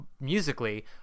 musically